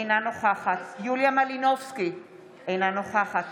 אינה נוכחת יוליה מלינובסקי קונין, אינה נוכחת